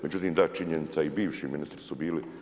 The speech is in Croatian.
Međutim da činjenica i bivši ministri su bili